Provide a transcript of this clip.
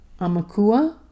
Amakua